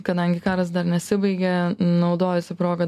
kadangi karas dar nesibaigė naudojasi proga